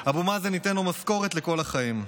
אבו מאזן ייתן לו משכורת לכל החיים.